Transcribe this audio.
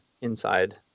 inside